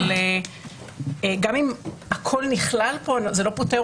אבל גם אם הכול נכלל פה זה לא פוטר